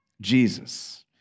Jesus